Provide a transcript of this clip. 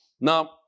Now